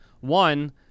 one